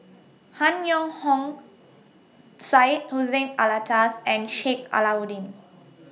Han Yong Hong Syed Hussein Alatas and Sheik Alau'ddin